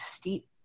steep